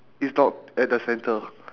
it's not at the center